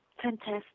fantastic